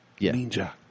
Ninja